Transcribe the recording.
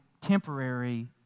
temporary